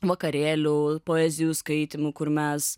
vakarėlių poezijų skaitymų kur mes